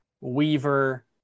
Weaver